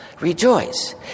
rejoice